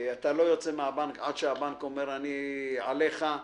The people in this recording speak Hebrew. אתה לא יוצא מן הבנק עד שהבנק אומר "אני עליך",